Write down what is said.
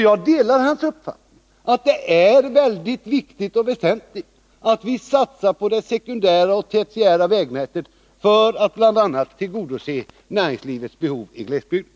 Jag delar hans uppfattning att det är väsentligt att satsa på det sekundära och tertiära vägnätet, bl.a. för att tillgodose näringslivets behov i glesbygden.